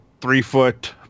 three-foot